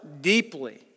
deeply